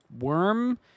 worm